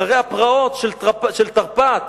אחרי הפרעות של תרפ"ט,